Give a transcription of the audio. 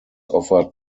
offered